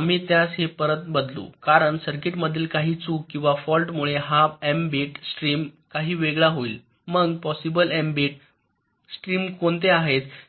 आम्ही त्यास हे परत बदलू कारण सर्किटमधील काही चूक किंवा फॉल्ट मुळे हा एम बिट स्ट्रीम काही वेगळा होईल मग पॉसिबल एम बिट प्रवाह कोणते आहेत